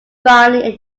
finally